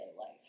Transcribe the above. life